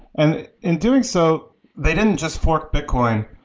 and in doing so they didn't just forked bitcoin,